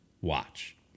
watch